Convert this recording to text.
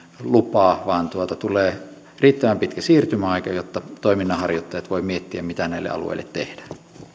lupaa vaan tulee riittävän pitkä siirtymäaika jotta toiminnan harjoittajat voivat miettiä mitä näille alueille tehdään